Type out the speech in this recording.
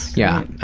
yeah,